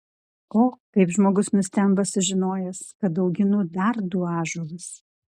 o kaip žmogus nustemba sužinojęs kad auginu dar du ąžuolus